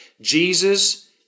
Jesus